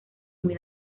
muy